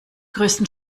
größten